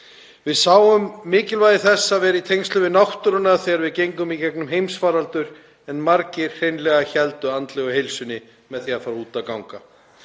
Við sáum mikilvægi þess að vera í tengslum við náttúruna þegar við gengum í gegnum heimsfaraldur en margir hreinlega héldu andlegu heilsunni með því að fara út að ganga.